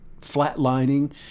flatlining